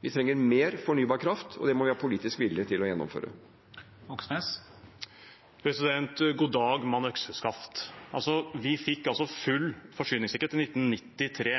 Vi trenger mer fornybar kraft, og det må vi ha politisk vilje til å gjennomføre. God dag, mann, økseskaft – vi fikk full forsyningssikkerhet i 1993.